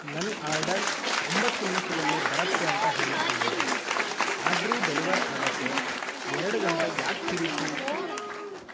ನನ್ನ ಆರ್ಡರ್ ಒಂಬತ್ತು ನಿಮಿಷದಲ್ಲಿ ಬರುತ್ತೆ ಅಂತ ಹೇಳಿದ್ದರು ನನಗೆ ಆದರೂ ಡೆಲಿವರ್ ಆಗೋಕ್ಕೆ ಎರಡು ಗಂಟೆ ಯಾಕೆ ಹಿಡೀತು